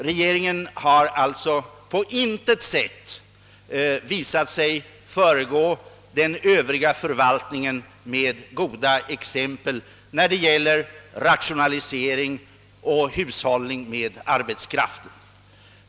Regeringen har sålunda på intet sätt föregått den övriga förvaltningen med goda exempel beträffande rationalisering och hushållning med arbetskraft.